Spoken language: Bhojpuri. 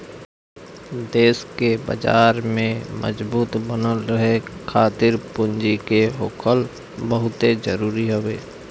देस के बाजार में मजबूत बनल रहे खातिर पूंजी के होखल बहुते जरुरी हवे